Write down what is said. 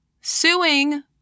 suing